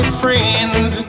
friends